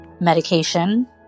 Medication